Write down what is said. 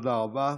תודה רבה.